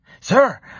Sir